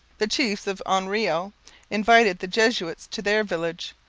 the chiefs of oenrio invited the jesuits to their village.